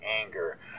anger